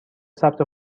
ثبت